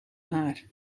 haar